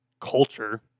culture